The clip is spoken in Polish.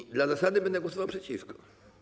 I dla zasady będę głosował przeciwko.